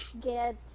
get